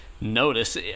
notice